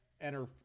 enter